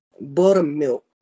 buttermilk